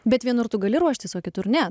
bet vienur tu gali ruoštis o kitur ne